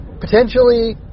potentially